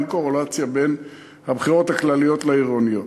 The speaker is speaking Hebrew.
אין קורלציה בין הבחירות הכלליות לעירוניות.